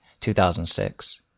2006